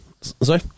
Sorry